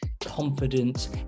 confidence